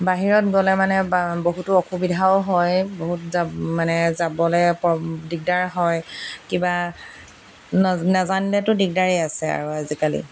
বাহিৰত গ'লে মানে বহুতো অসুবিধাও হয় বহুত মানে যাবলৈ প্ৰব দিগদাৰ হয় কিবা নাজানিলেতো দিগদাৰেই আছে আৰু আজিকালি